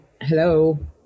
hello